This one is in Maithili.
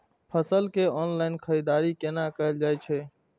फसल के ऑनलाइन खरीददारी केना कायल जाय छै?